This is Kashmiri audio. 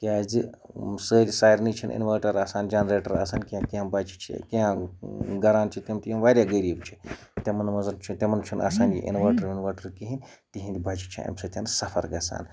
کیٛازِ سٲری سارنٕے چھِنہٕ اِنوٲٹَر آسان جَنریٹَر آسان کینٛہہ کینٛہہ بَچہِ چھِ کینٛہہ گران چھِ تِم تہِ یِم واریاہ غریٖب چھِ تِمَن منٛز چھُ تِمَن چھُنہٕ آسان یہِ اِنوٲٹَر وِنوٲٹَر کِہیٖنۍ تِہِنٛدۍ بَچہِ چھِ اَمہِ سۭتۍ سفر گژھان